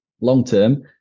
long-term